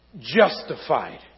justified